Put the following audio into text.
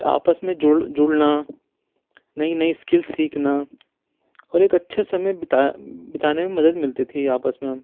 آپس میں جوڑ جڑنا نئی نئی اسکیل سیکھنا اور ایک اچھے سمے بتا بتانے میں مدد ملتی تھی آپس میں ہم